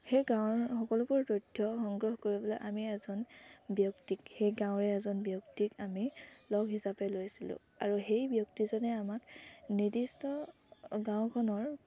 সেই গাঁৱৰ সকলোবোৰ তথ্য সংগ্ৰহ কৰিবলৈ আমি এজন ব্যক্তিক সেই গাঁৱৰে এজন ব্যক্তিক আমি লগ হিচাপে লৈছিলোঁ আৰু সেই ব্যক্তিজনে আমাক নিৰ্দিষ্ট গাঁওখনৰ